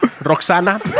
Roxana